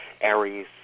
Aries